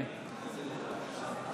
נגד